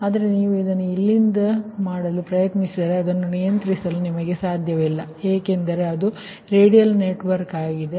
ಆದರೆ ನೀವು ಅದನ್ನು ಇಲ್ಲಿಂದ ಮಾಡಲು ಪ್ರಯತ್ನಿಸಿದರೆ ಅದನ್ನು ನಿಯಂತ್ರಿಸಲು ನಿಮಗೆ ಸಾಧ್ಯವಿಲ್ಲ ಏಕೆಂದರೆ ಅದು ರೇಡಿಯಲ್ ನೆಟ್ವರ್ಕ್ ಆಗಿದೆ